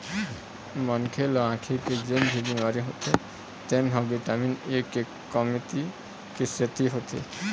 मनखे ल आँखी के जेन भी बिमारी होथे तेन ह बिटामिन ए के कमती के सेती होथे